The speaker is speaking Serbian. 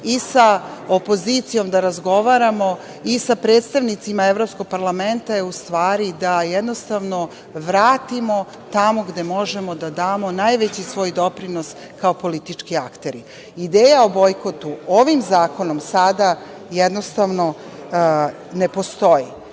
i sa opozicijom da razgovaramo, i sa predstavnicima Evropskog parlamenta, je u stvari da jednostavno vratimo tamo gde možemo da damo najveći svoj doprinos kao politički akteri. Ideja o bojkotu ovim zakonom, sada, jednostavno ne postoji,